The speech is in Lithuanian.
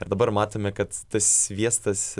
ir dabar matome kad tas sviestas